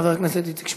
חבר הכנסת איציק שמולי.